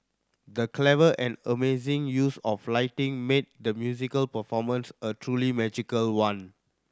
the clever and amazing use of lighting made the musical performance a truly magical one